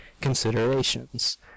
considerations